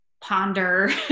ponder